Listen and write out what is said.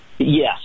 Yes